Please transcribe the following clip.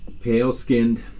Pale-skinned